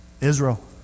Israel